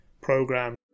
program